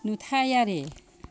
नुथायारि